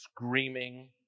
screaming